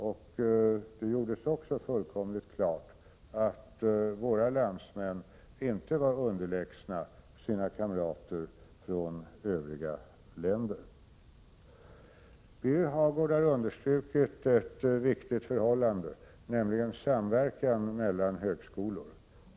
Det gjordes också fullkomligt klart att våra landsmän inte var underlägsna sina kamrater från övriga länder. Birger Hagård har understrukit ett viktigt förhållande, nämligen samverkan mellan högskolor.